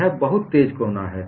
यह बहुत तेज कोना है